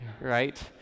right